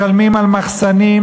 משלמים על מחסנים,